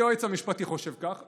היועץ המשפטי חושב כך,